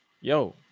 yo